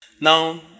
Now